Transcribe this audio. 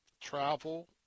travel